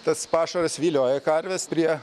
tas pašaras vilioja karves prie